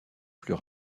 plus